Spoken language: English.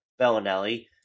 Bellinelli